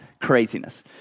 Craziness